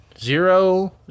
zero